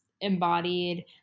embodied